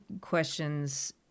questions